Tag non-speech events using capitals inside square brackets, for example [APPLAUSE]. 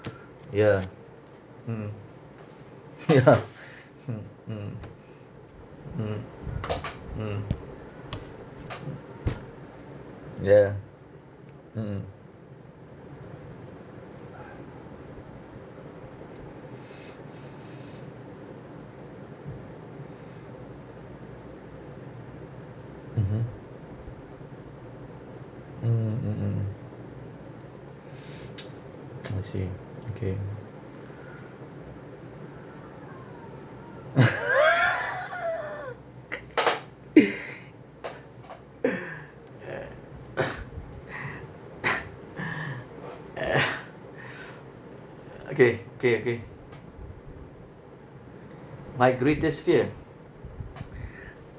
ya hmm ya [LAUGHS] hmm mm mm mm [NOISE] ya mm [NOISE] mmhmm mm mm mm [NOISE] I see okay [LAUGHS] uh [LAUGHS] okay K okay my greatest fear